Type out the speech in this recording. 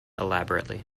elaborately